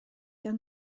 gan